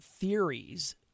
theories